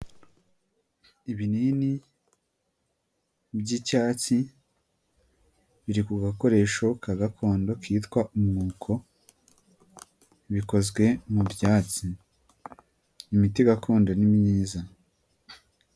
Ibinini by'icyatsi biri ku gakoresho ka gakondo kitwa umwuko bikozwe mu byatsi, imiti gakondo ni myiza.